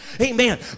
amen